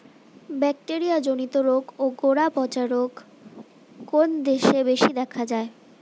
Bacteria জনিত রোগ ও গোড়া পচা রোগ কোন দেশে বেশি দেখা যায়?